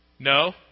No